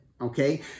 Okay